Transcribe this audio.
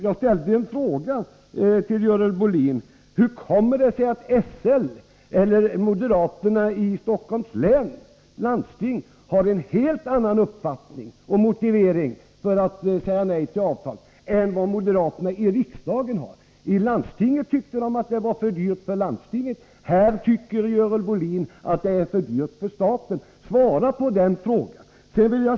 Jagställde en fråga till Görel Bohlin: Hur kommer det sig att moderaterna i Stockholms läns landsting har en helt annan uppfattning och motivering för att säga nej till avtal än vad moderaterna i riksdagen har? I landstinget tyckte moderaterna att det var för dyrt för landstinget, här i riksdagen tycker Görel Bohlin att det är för dyrt för staten. Svara på den frågan!